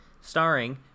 starring